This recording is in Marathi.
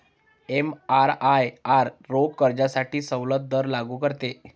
एमआरआयआर रोख कर्जासाठी सवलत दर लागू करते